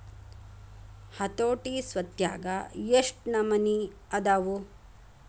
ಹತೋಟಿ ಸ್ವತ್ನ್ಯಾಗ ಯೆಷ್ಟ್ ನಮನಿ ಅದಾವು?